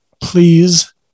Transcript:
please